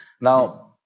Now